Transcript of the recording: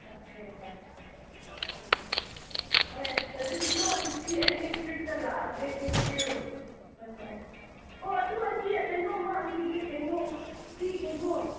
ꯍꯣꯏ ꯎꯝ ꯎꯝ ꯎꯝ ꯍꯣꯏ ꯑꯗꯨꯗꯤꯀꯣ ꯑꯟꯇꯤ ꯑꯩ ꯅꯦꯛꯁ ꯋꯤꯛꯇ ꯂꯥꯛꯂꯒꯦ ꯊꯦꯡꯛ ꯌꯨ ꯍꯣꯏ ꯍꯣꯏ ꯑꯣ ꯑꯗꯨ ꯑꯟꯇꯤ ꯀꯩꯅꯣꯝꯃ ꯍꯪꯈꯤꯒꯦ ꯀꯩꯅꯣ ꯁꯤ ꯀꯩꯅꯣ